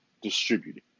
distributed